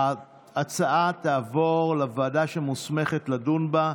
ההצעה תעבור לוועדה שמוסמכת לדון בה,